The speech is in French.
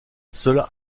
cela